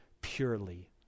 purely